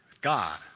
God